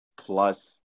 Plus